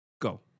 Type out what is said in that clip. go